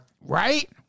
Right